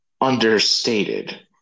understated